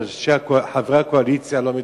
שחברי הקואליציה לא מדברים.